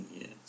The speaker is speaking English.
Yes